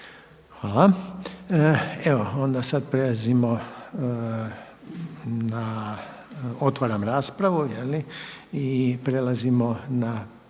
Hvala. Evo onda sada prelazimo na otvaram raspravu i prelazimo na